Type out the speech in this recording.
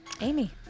Amy